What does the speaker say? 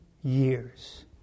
years